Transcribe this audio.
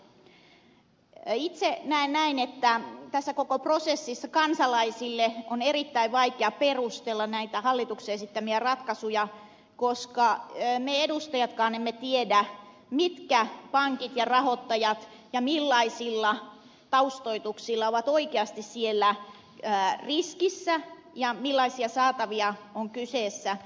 itse näen näin että tässä koko prosessissa kansalaisille on erittäin vaikea perustella näitä hallituksen esittämiä ratkaisuja koska me edustajatkaan emme tiedä mitkä pankit ja rahoittajat ja millaisilla taustoituksilla ovat oikeasti siellä riskissä ja millaisia saatavia on kyseessä